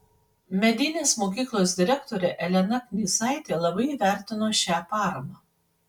medeinės mokyklos direktorė elena knyzaitė labai įvertino šią paramą